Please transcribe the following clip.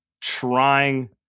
trying